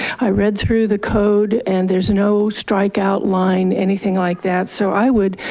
i read through the code and there's no strikeout line, anything like that. so i would,